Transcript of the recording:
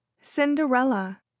Cinderella